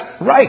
Right